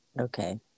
Okay